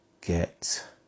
get